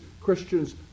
Christians